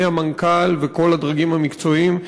מהמנכ"ל וכל הדרגים המקצועיים,